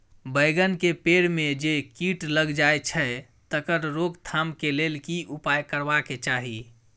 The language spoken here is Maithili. बैंगन के पेड़ म जे कीट लग जाय छै तकर रोक थाम के लेल की उपाय करबा के चाही?